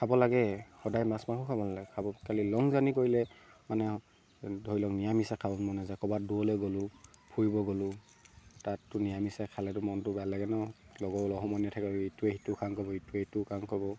খাব লাগে সদায় মাছ মাংস খাব নালাগে খাব কালি লং জাৰ্ণি কৰিলে মানে ধৰি লওক নিৰামিষ খাব মন নেযায় ক'ৰবাত দূৰলে গ'লোঁ ফুৰিব গ'লোঁ তাততো নিৰামিষ খালেতো মনটো ভাল লাগে ন লগৰ সমনীয়া থাকে ইটোৱে সিটো খাং খাব ইটোৱে এইটোও খাং খাব